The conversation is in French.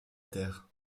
terre